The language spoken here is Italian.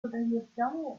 organizzazioni